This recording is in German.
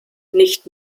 nicht